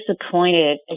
disappointed